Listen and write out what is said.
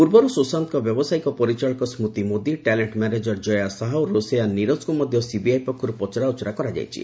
ପୂର୍ବରୁ ସୁଶାନ୍ତଙ୍କ ବ୍ୟବସାୟିକ ପରିଚାଳକ ସ୍ମତି ମୋଦୀ ଟ୍ୟାଲେଷ୍ଟ ମ୍ୟାନେଜର ଜୟା ସାହା ଓ ରୋଷେୟା ନିରଜକୁ ମଧ୍ୟ ସିବିଆଇ ପକ୍ଷରୁ ପଚରାଉଚରା କରାଯାଇଛି